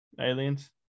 aliens